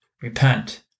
Repent